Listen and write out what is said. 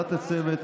לעבודת הצוות,